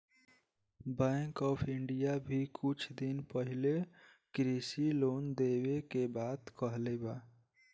bank of India भी कुछ दिन पाहिले कृषि लोन देवे के बात कहले बा